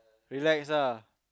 relax ah